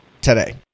today